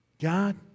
God